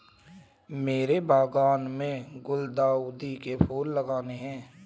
मेरे बागान में गुलदाउदी के फूल लगाने हैं